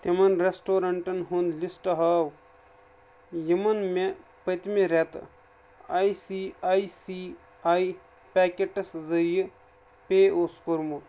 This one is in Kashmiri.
تِمن رٮ۪سٹورنٛٹَن ہُنٛد لسٹ ہاو یِمَن مےٚ پٔتۍمہِ رٮ۪تہٕ I C I C I packets ذٔریعہِ پے اوس کوٚرمُت